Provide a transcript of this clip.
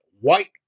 White